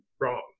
wrong